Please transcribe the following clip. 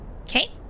Okay